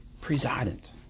President